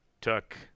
took